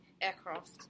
aircraft